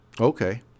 Okay